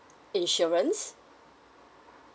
insurance